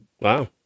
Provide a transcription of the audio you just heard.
wow